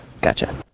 Gotcha